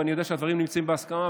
ואני יודע שהדברים נמצאים בהסכמה,